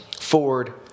Ford